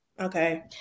Okay